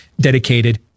dedicated